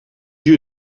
you